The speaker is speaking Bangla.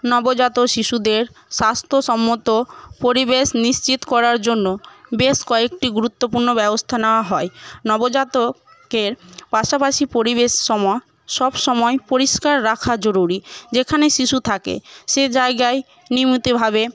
নবজাত শিশুদের স্বাস্থ্যসম্মত পরিবেশ নিশ্চিত করার জন্য বেশ কয়েকটি গুরুত্বপূর্ণ ব্যবস্থা নেওয়া হয় নবজাতকের পাশাপাশি পরিবেশ সময় সব সময় পরিষ্কার রাখা জরুরি যেখানে শিশু থাকে সে জায়গায় নিয়মিতভাবে